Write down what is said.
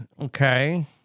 Okay